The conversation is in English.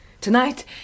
Tonight